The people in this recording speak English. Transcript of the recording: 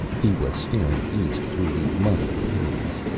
he was staring east through the muggy haze.